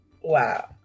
Wow